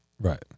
Right